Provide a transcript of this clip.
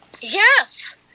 Yes